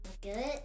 Good